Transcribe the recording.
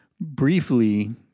Briefly